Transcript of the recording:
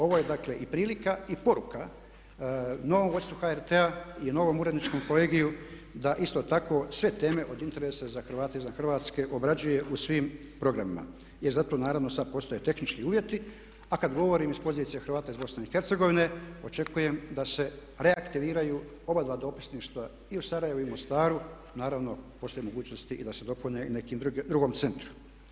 Ovo je dakle i prilika i poruka novom vodstvu HRT-a i novom uredničkom kolegiju da isto tako sve teme od interesa za Hrvate izvan Hrvatske obrađuje u svim programima jer zato naravno sad postoje tehnički uvjeti a kad govorim iz pozicije Hrvata iz BIH očekujem da se reaktiviraju obada dopisništva i u Sarajevu i Mostaru, naravno postoje mogućnosti da se dopune i u nekom drugom centru.